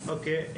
אוקי,